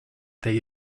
they